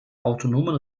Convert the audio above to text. autonomen